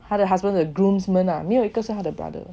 他的 husband 的 groom's man ah 没有一个是他的 brother